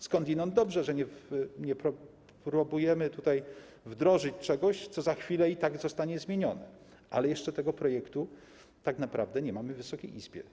Skądinąd dobrze, że nie próbujemy tutaj wdrożyć czegoś, co za chwilę i tak zostanie zmienione, ale jeszcze tego projektu tak naprawdę nie mamy w Wysokiej Izbie.